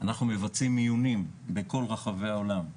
אנחנו מבצעים מיונים בכל רחבי העולם,